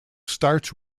starts